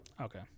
Okay